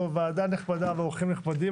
ועדה נכבדה ואורחים נכבדים,